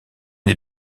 est